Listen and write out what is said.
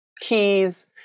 keys